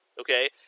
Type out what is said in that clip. Okay